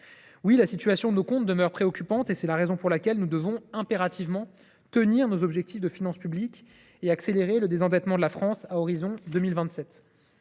Oui, la situation de nos comptes demeure préoccupante, et c’est la raison pour laquelle nous devons impérativement tenir nos objectifs de finances publiques et accélérer le désendettement de la France à l’horizon de 2027.